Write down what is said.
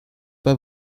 pas